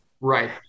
Right